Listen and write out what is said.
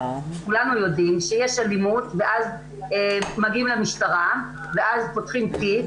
כולנו יודעים שיש אלימות ואז מגיעים למשטרה ואז פותחים תיק,